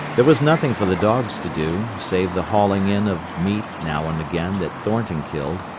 there was nothing for the dogs to do, save the hauling in of meat now and again that thornton killed,